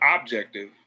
objective